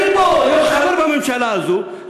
אני פה חבר בממשלה הזאת,